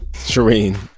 shereen,